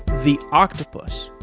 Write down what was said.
the octopus,